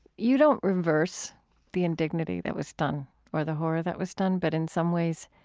you don't reverse the indignity that was done or the horror that was done, but in some ways